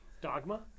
Dogma